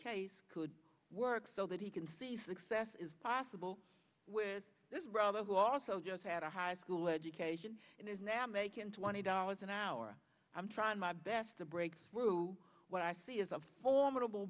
case could work so that he can see success is possible with this brother who also just had a high school education and is now making twenty dollars an hour i'm trying my best to break through what i see is